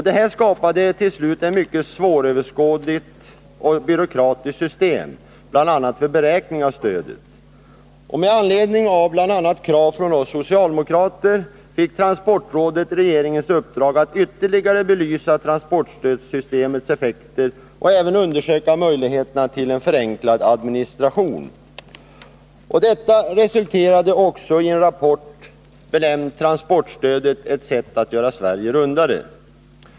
Detta skapade till slut ett mycket svåröverskådligt och byråkratiskt system, t.ex. för beräkning av stödet. Med anledning av bl.a. krav från oss socialdemokrater fick transportrådet regeringens uppdrag att ytterligare belysa transportstödssystemets effekter och även undersöka möjligheterna till en förenklad administration. Detta resulterade också i en rapport, benämnd Transportstödet — ett sätt att göra Sverige rundare.